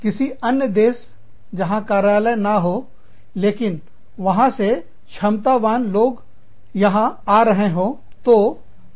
किसी अन्य देश जहां कार्यालय ना हो लेकिन वहां से क्षमतावान लोग यहां आ रहे हो